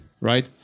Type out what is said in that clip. right